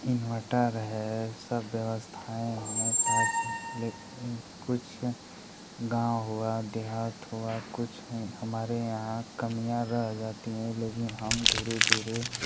inverter है सब व्यवस्थाएँ हैं ताकि लेकिन कुछ गाँव हुआ देहात हुआ कुछ है हमारे यहाँ कमियाँ रह जाती हैं लेकिन हम धीरे धीरे